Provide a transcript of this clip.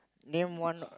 name one